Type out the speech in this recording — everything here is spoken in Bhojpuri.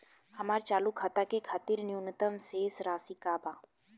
हमार चालू खाता के खातिर न्यूनतम शेष राशि का बा?